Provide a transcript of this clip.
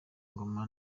ingoma